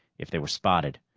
if they were spotted.